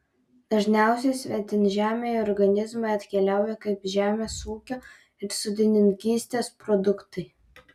dažniausiai svetimžemiai organizmai atkeliauja kaip žemės ūkio ir sodininkystės produktai